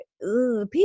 people